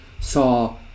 saw